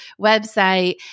website